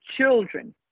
children